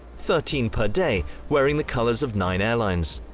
thirteen per day wearing the colours of nine airlines.